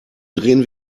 drehen